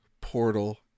portal